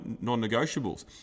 non-negotiables